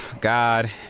God